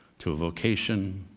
to a vocation,